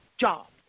jobs